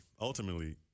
ultimately